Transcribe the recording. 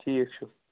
ٹھیٖک چھُ